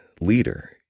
leader